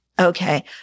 okay